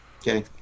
Okay